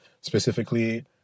Specifically